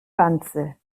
wanze